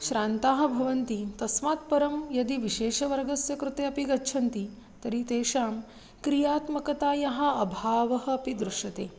श्रान्ताः भवन्ति तस्मात् परं यदि विशेषवर्गस्य कृते अपि गच्छन्ति तर्हि तेषां क्रियात्मकतायाः अभावः अपि दृश्यते